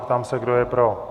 Ptám se, kdo je pro?